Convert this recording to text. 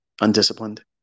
undisciplined